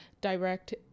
direct